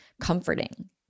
comforting